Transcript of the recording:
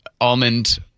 almond